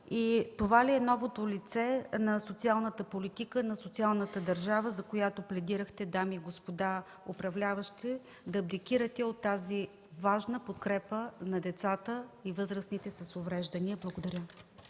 Това ли е новото лице на социалната политика, на социалната държава, за която пледирахте, дами и господа управляващи – да абдикирате от тази важна подкрепа на децата и възрастните с увреждания? Благодаря.